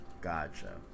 Gotcha